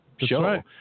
show